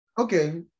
Okay